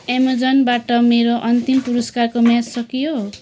अमेजनबाट मेरो अन्तिम पुरस्कारको म्याद सकियो